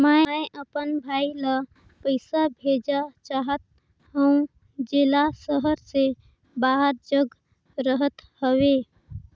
मैं अपन भाई ल पइसा भेजा चाहत हों, जेला शहर से बाहर जग रहत हवे